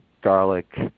garlic